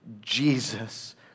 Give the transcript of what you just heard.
Jesus